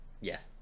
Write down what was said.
Yes